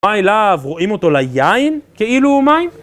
מה אליו? רואים אותו ליין? כאילו הוא מים?